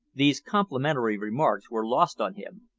these complimentary remarks were lost on him.